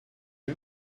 you